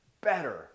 better